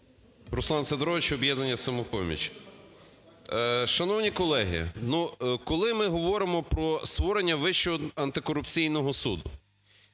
Руслан Сидорович, "Об'єднання "Самопоміч". Шановні колеги, ну, коли ми говоримо про створення Вищого антикорупційного суду,